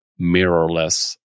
mirrorless